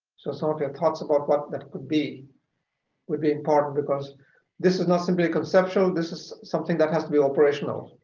so some of your thoughts about what that could be would be important because this is not simply conceptual. this is something that has to be operational.